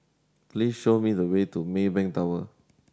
please show me the way to Maybank Tower